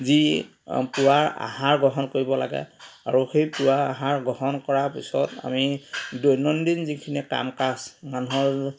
যি পুৱাৰ আহাৰ গ্ৰহণ কৰিব লাগে আৰু সেই পুৱাৰ আহাৰ গ্ৰহণ কৰাৰ পিছত আমি দৈনন্দিন যিখিনি কাম কাজ মানুহৰ